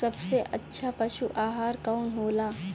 सबसे अच्छा पशु आहार कवन हो ला?